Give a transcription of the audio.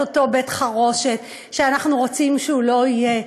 את אותו בית-חרושת שאנחנו רוצים שהוא לא יהיה,